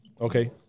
Okay